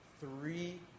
three